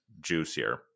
juicier